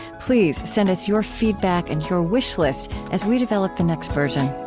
please send us your feedback and your wish list as we develop the next version